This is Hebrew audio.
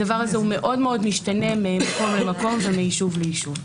הדבר הזה מאוד מאוד משתנה ממקום למקום ומיישוב ליישוב.